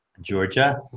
Georgia